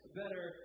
better